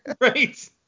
right